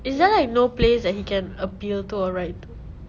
is there like no place that he can appeal to or write to